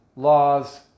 laws